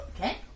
Okay